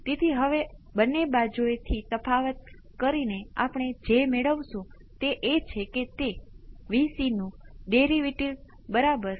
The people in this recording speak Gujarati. તેથી હવે તમે તેને ત્યાં મૂકી શકો છો અને તમારી પાસે બે કોંસ્ટંટ α અને β છે